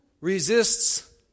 resists